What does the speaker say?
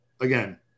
again